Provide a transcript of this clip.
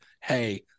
hey